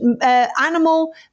animal